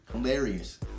hilarious